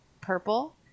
purple